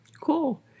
cool